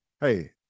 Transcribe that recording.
Hey